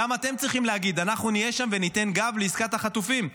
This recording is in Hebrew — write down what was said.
גם אתם צריכים להגיד: אנחנו נהיה שם וניתן גב לעסקת החטופים,